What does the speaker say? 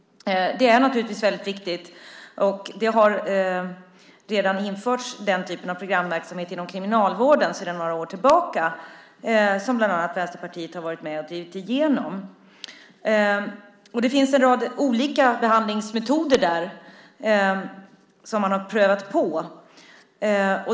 Det är naturligtvis väldigt viktigt, och man har redan infört den typen av program inom kriminalvården, vilket bland annat Vänsterpartiet har varit med och drivit igenom. Det finns en rad olika behandlingsmetoder som man har prövat på.